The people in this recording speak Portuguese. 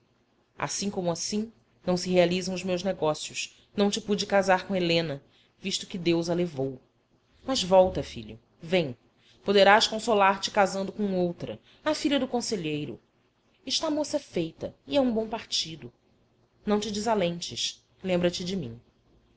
assim como assim não se realizam os meus negócios não te pude casar com helena visto que deus a levou mas volta filho vem poderás consolar te casando com outra a filha do conselheiro está moça feita e é um bom partido não te desalentes lembra-te de mim